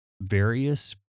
various